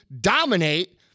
dominate